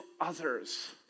others